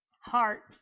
heart